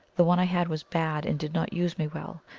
the one i had was bad, and did not use me well.